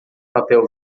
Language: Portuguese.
papel